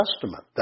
Testament